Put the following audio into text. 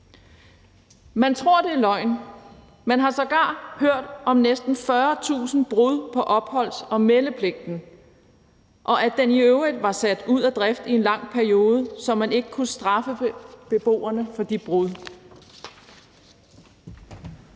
Man tror, det er løgn; man har sågar hørt om næsten 40.000 brud på opholds- og meldepligten og om, at den i øvrigt var sat ud af drift i en lang periode, så man ikke kunne straffe beboerne for de brud.